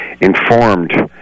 informed